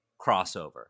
crossover